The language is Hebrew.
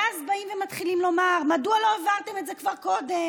ואז באים ומתחילים לומר: מדוע לא העברתם את זה כבר קודם?